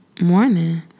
Morning